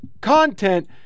content